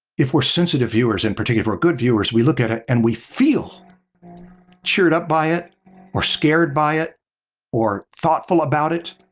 if we're sensitive viewers, in particular good viewers, we look at it and we feel cheered up by it or scared by it or thoughtful about it.